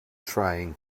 trying